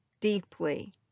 deeply